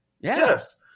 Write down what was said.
Yes